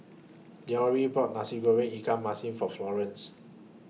Leroy bought Nasi Goreng Ikan Masin For Florence